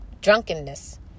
drunkenness